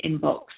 inbox